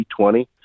B20